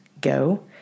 go